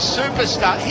superstar